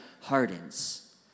hardens